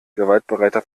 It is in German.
gewaltbereiter